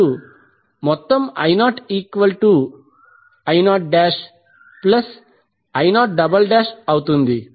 అప్పుడు మొత్తం I0I0I0 అవుతుంది